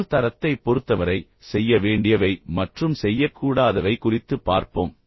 குரல் தரத்தைப் பொறுத்தவரை செய்ய வேண்டியவை மற்றும் செய்யக்கூடாதவை குறித்து பார்ப்போம்